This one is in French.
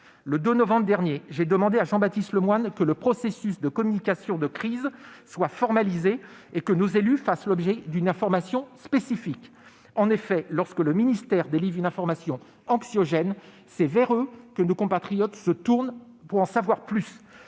Le 2 novembre dernier, j'avais demandé à Jean-Baptiste Lemoyne que le processus de communication de crise soit formalisé et que nos élus fassent l'objet d'une information spécifique. En effet, lorsque le ministère délivre une information anxiogène, c'est vers ces derniers que nos compatriotes se tournent pour en savoir plus.